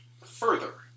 further